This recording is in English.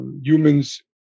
humans